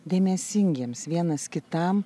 dėmesingiems vienas kitam